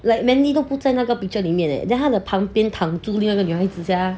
like mandy 都不再那个 picture 里面 then 他的旁边躺住另外一个女孩子家